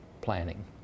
planning